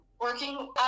working